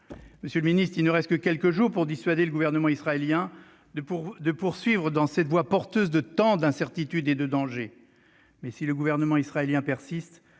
pour la suite. Il ne reste que quelques jours pour dissuader le gouvernement israélien de poursuivre dans cette voie porteuse de tant d'incertitudes et de dangers. Si le gouvernement israélien persiste,